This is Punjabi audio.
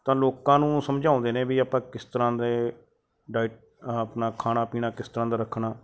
ਤਾਂ ਲੋਕਾਂ ਨੂੰ ਸਮਝਾਉਂਦੇ ਨੇ ਵੀ ਆਪਾਂ ਕਿਸ ਤਰ੍ਹਾਂ ਦੇ ਡਾਈਟ ਆਪਣਾ ਖਾਣਾ ਪੀਣਾ ਕਿਸ ਤਰ੍ਹਾਂ ਦਾ ਰੱਖਣਾ